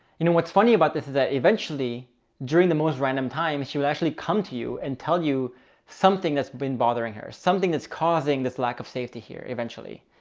you know what's funny about this is that eventually during the most random time, she would actually come to you and tell you something that's been bothering her. something that's causing this lack of safety here eventually,